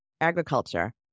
agriculture